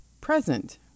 present